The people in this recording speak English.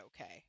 okay